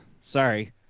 Sorry